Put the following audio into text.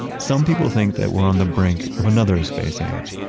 some people think that we're on the brink of another space age.